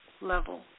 level